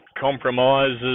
compromises